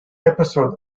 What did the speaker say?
episode